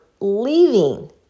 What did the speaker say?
leaving